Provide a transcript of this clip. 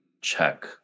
check